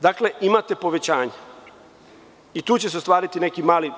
Dakle, imate povećanje i tu će se ostvariti neki mali…